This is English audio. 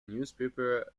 newspaper